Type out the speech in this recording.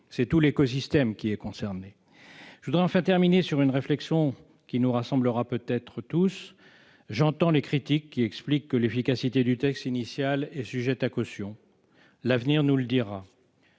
dealers. Tout l'écosystème est concerné. Je voudrais terminer sur une réflexion qui pourrait nous rassembler tous. J'entends les critiques expliquant que l'efficacité du texte initial est sujette à caution- l'avenir nous le dira.